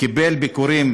קיבל ביקורים